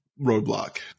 roadblock